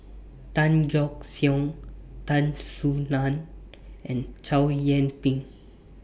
Tan Yeok Seong Tan Soo NAN and Chow Yian Ping